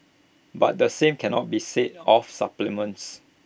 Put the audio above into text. but the same cannot be said of supplements